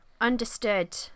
Understood